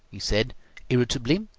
he said irritably.